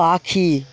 পাখি